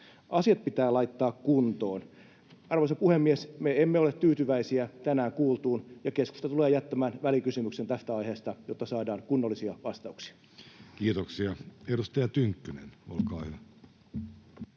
Asiat pitää laittaa kuntoon. Arvoisa puhemies! Me emme ole tyytyväisiä tänään kuultuun. Keskusta tulee jättämään välikysymyksen tästä aiheesta, jotta saadaan kunnollisia vastauksia. Kiitoksia. — Edustaja Tynkkynen, olkaa hyvä.